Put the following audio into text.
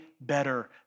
better